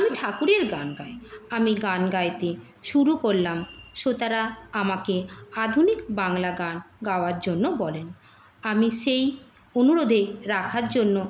আমি ঠাকুরের গান গাই আমি গান গাইতে শুরু করলাম শ্রোতারা আমাকে আধুনিক বাংলা গান গাওয়ার জন্য বলেন আমি সেই অনুরোধে রাখার জন্য